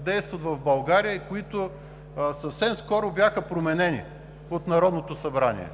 действат в България и които съвсем скоро бяха променени от Народното събрание.